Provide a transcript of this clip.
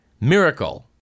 miracle